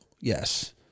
yes